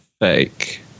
fake